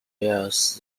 raise